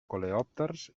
coleòpters